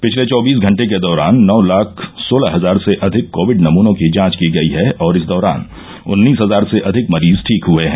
पिछले चौबीस घंटे के दौरान नौ लाख सोलह हजार से अधिक कोविड नमूनों की जांच की गईहै और इस दौरान उन्नीस हजार से अधिक मरीज ठीक हए हैं